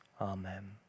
Amen